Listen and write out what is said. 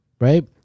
right